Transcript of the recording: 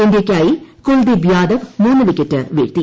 ഇന്ത്യയ്ക്കായി കുൽദീപ് യാദവ് മൂന്ന് വിക്കറ്റ് വീഴ്ത്തി